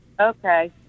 Okay